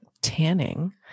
tanning